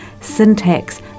syntax